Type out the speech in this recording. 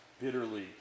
bitterly